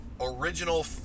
original